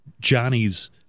johnny's